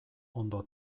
ondo